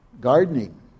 gardening